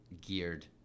geared